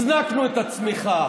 הזנקנו את הצמיחה,